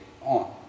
on